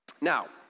Now